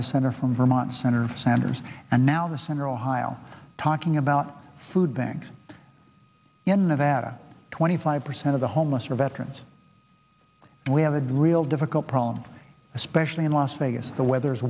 the center from vermont senator sanders and now the central ohio talking about food banks in nevada twenty five percent of the homeless are veterans and we have adriel difficult problem especially in las vegas the weather